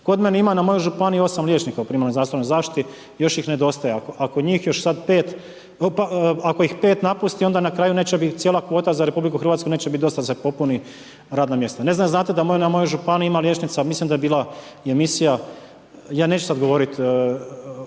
Kod mene ima na mojoj županiji 8 liječnika u primarnoj zdravstvenoj zaštiti, još ih nedostaje. Ako njih još sad 5, ako ih 5 napusti onda na kraju neće biti cijela kvota za RH neće biti dosta da se popuni radno mjesto. Ne znam jel znate da na mojoj županiji ima liječnica, mislim da je bila i emisija, ja neću sad govoriti,